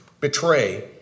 betray